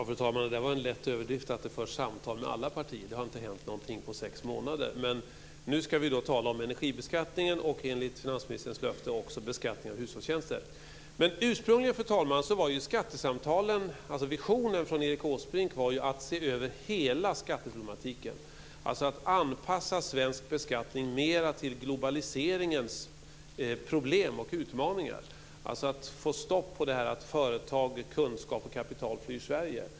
Fru talman! Det var en lätt överdrift att säga att det förs samtal med alla partier. Det har inte hänt någonting på sex månader. Men nu ska vi tala om energibeskattningen och enligt finansministerns löfte också om beskattningen av hushållstjänster. Ursprungligen, fru talman, var Erik Åsbrinks vision en översyn av hela skatteproblematiken, att mera anpassa svensk beskattning till globaliseringens problem och utmaningar för att få stopp på att företag med kunskap och kapital flyr Sverige.